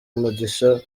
umugisha